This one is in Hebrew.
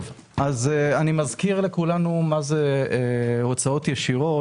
אני מזכיר לכולנו מה זה הוצאות ישירות.